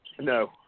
No